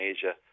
Asia